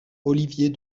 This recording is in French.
olivier